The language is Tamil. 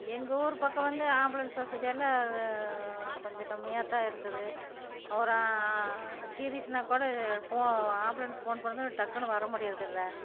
எங்கள் ஊர் பக்கம் வந்து ஆம்புலன்ஸ் வசதி எல்லாம் கொஞ்சம் கம்மியாக தான் இருக்குது ஒரு சீரியஸ்னா கூட ஆம்புலன்ஸ் ஃபோன் பண்ணதும் டக்குனு வர முடியுறதில்ல